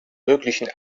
möglichen